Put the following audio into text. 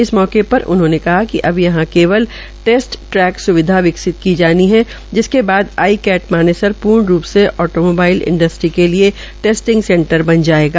इस अवसर पर उन्होंने कहा कि अब यहां केवल टेस्ट ट्रैक सविधा विकसित की जाती है जिसके बाद आईकैट मानेसर पूर्ण रूप् से ऑटो मोबाईल इंडस्ट्री के लिए बन जायेगा